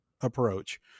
approach